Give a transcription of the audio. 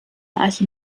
arche